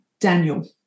Daniel